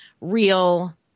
real